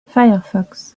firefox